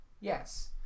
yes